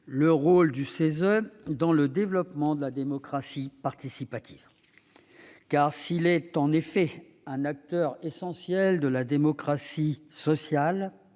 le rôle du CESE dans le développement de la démocratie participative. Car, s'il est en effet un acteur essentiel de la démocratie sociale,